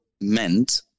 meant